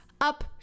up